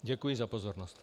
Děkuji za pozornost.